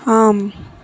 ஆம்